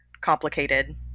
complicated